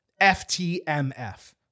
FTMF